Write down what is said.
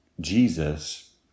Jesus